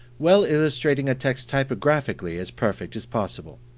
well illustrating a text typographically as perfect as possible.